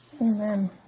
Amen